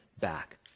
back